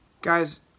guys